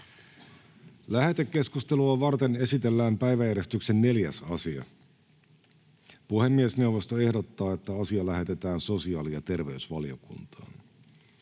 Lähetekeskustelua varten esitellään päiväjärjestyksen 4. asia. Puhemiesneuvosto ehdottaa, että asia lähetetään sosiaali- ja terveysvaliokuntaan.